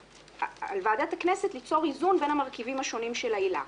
ועל ועדת הכנסת ליצור איזון בין המרכיבים השונים של העילה.